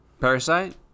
Parasite